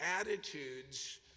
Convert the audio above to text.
attitudes